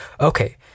okay